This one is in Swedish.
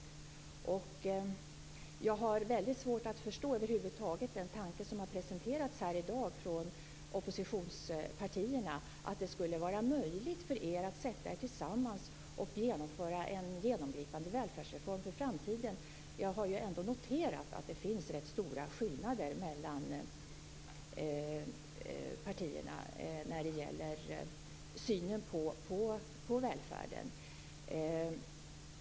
Jag har över huvud taget väldigt svårt att förstå den tanke som har presenterats här i dag från oppositionspartierna, att det skulle vara möjligt för er att tillsammans genomföra en genomgripande välfärdsreform för framtiden. Jag har ändå noterat att det finns rätt stora skillnader mellan partierna när det gäller synen på välfärden.